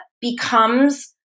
becomes